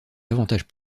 avantage